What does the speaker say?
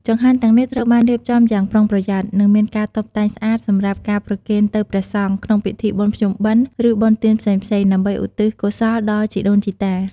ចង្ហាន់ទាំងនេះត្រូវបានរៀបចំយ៉ាងប្រុងប្រយ័ត្ន និងមានការតុបតែងស្អាតសម្រាប់ការប្រគេនទៅព្រះសង្ឃក្នុងពិធីបុណ្យភ្ជុំបិណ្ឌ ឬបុណ្យទានផ្សេងៗ ដើម្បីឧទ្ទិសកោសលដល់ជីដូនជីតា។